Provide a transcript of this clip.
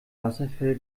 wasserfälle